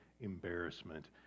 embarrassment